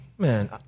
Man